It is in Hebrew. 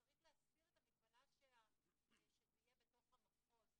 צריך להסיר את המגבלה שזה יהיה בתוך המחוז,